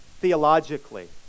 theologically